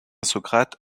socrate